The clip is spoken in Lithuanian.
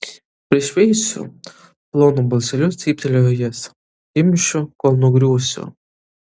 prišveisiu plonu balseliu cyptelėjo jis kimšiu kol nugriūsiu